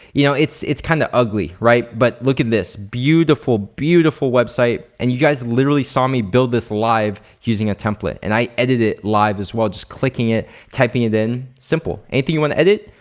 you know it's it's kinda ugly, right? but look at this. beautiful, beautiful website and you guys literally saw me build this live using a template and i edited it live as well just clicking it, typing it in, simple. anything you wanna edit,